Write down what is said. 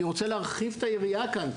אני רוצה להרחיב את היריעה כאן.